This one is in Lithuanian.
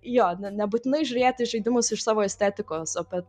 jo na nebūtinai žiūrėti į žaidimus iš savo estetikos apie